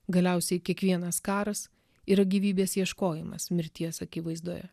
galiausiai kiekvienas karas yra gyvybės ieškojimas mirties akivaizdoje